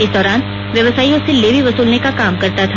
इस दौरान व्यवसायियों से लेवी वसूलने के काम करता था